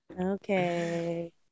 Okay